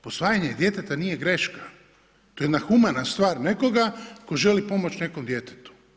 Posvajanje djeteta nije greška, to je jedna humana stvar nekoga tko želi pomoći nekom djetetu.